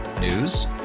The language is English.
News